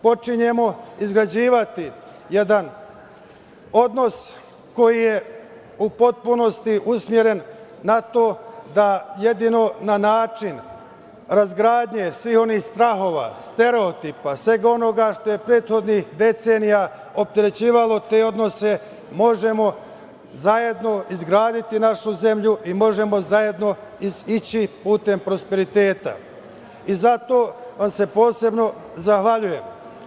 Počinjemo izgrađivati jedan odnos koji je u potpunosti usmeren na to da jedino na način razgradnje svih onih strahova, stereotipa, svega onoga što je prethodnih decenija opterećivalo te odnose, možemo zajedno izgraditi našu zemlju i možemo zajedno ići putem prosperiteta i zato vam se posebno zahvaljujem.